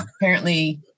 Apparently-